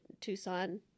Tucson